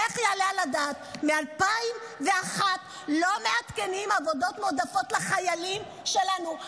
איך יעלה על הדעת שמ-2001 לא מעדכנים עבודות מועדפות לחיילים שלנו,